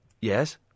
Yes